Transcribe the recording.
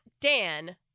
Dan